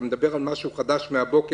אתה מדבר על משהו חדש מהבוקר,